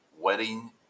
wedding